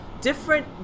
different